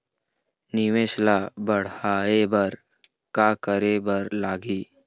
निवेश ला बड़हाए बर का करे बर लगही?